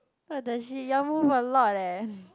what the shit you all move a lot leh